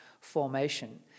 formation